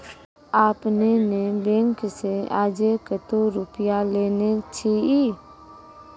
आपने ने बैंक से आजे कतो रुपिया लेने छियि?